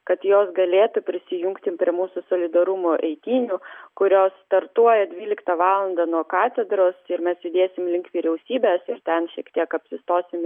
kad jos galėtų prisijungti prie mūsų solidarumo eitynių kurios startuoja dvyliktą valandą nuo katedros ir mes judėsim link vyriausybės ir ten šiek tiek apsistosim